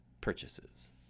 purchases